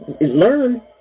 learn